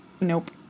Nope